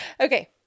Okay